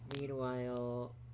meanwhile